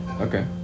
Okay